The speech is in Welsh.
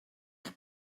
eich